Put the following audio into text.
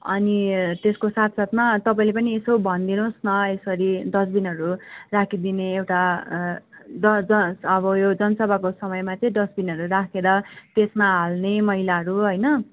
अनि त्यसको साथ साथमा तपाईँले पनि यसो भनिदिनु होस् न त्यसरी डस्बिनहरू राखिदिने एउटा ज ज अब यो जनसभाको समयमा चाहिँ डस्बिनहरू राखेर त्यसमा हाल्ने मैलाहरू होइन